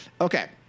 Okay